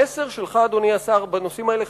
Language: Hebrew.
המסר שלך בנושאים האלה,